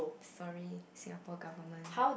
sorry Singapore government